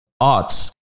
odds